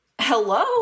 hello